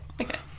okay